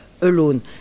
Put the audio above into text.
alone